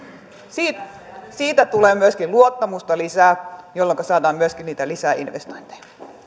siitä tulee myöskin luottamusta lisää jolloinka saadaan myöskin niitä lisäinvestointeja